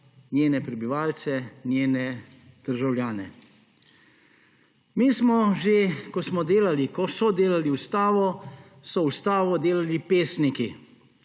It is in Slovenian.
njene prebivalce, njene državljane. Ko smo delali, ko so delali ustavo, so ustavo delali pesniki